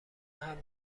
راهم